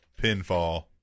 pinfall